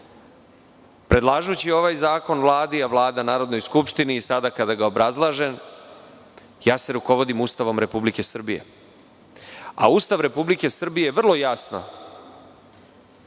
rešenja. Predlažući ovaj zakon Vladi, a Vlada Narodnoj skupštini i sada kada ga obrazlažem ja, rukovodim se Ustavom Republike Srbije. Ustav Republike Srbije vrlo jasno,